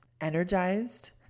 energized